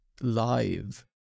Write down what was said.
live